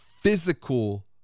physical